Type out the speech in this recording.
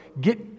Get